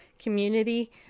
community